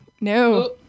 No